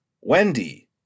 Wendy